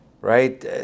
right